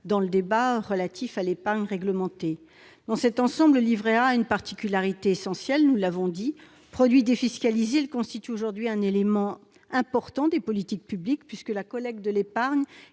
dans le débat relatif à l'épargne réglementée. Dans cet ensemble, le livret A présente une particularité essentielle. Produit défiscalisé, il constitue aujourd'hui un élément important des politiques publiques, puisque la collecte de l'épargne